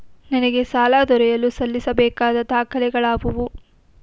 ನನಗೆ ಸಾಲ ದೊರೆಯಲು ಸಲ್ಲಿಸಬೇಕಾದ ದಾಖಲೆಗಳಾವವು?